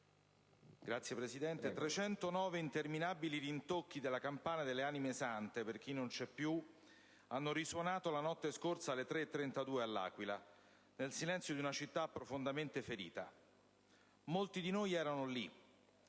interminabili rintocchi della campana della Chiesa delle Anime Sante per chi non c'è più hanno risuonato la notte scorsa alle 3,32 all'Aquila, nel silenzio di una città profondamente ferita. Molti di noi erano lì.